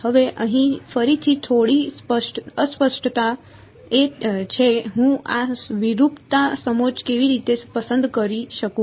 હવે અહીં ફરીથી થોડી અસ્પષ્ટતા છે હું આ વિરૂપતા સમોચ્ચ કેવી રીતે પસંદ કરી શકું